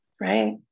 Right